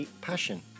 Passion